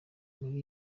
muri